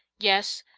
yes,